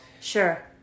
Sure